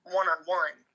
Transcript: one-on-one